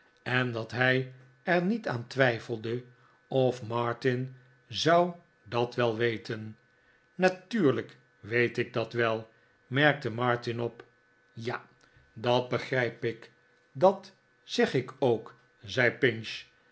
en dat hij er niet aan twijfelde of martin zou dat wel weten natuurlijk weet ik dat wel merkte martin op ja dat begrijp ik dat zeg ik ook zei pinch